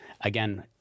again